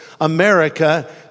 America